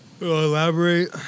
elaborate